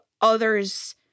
others